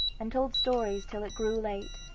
and told stories till it grew late,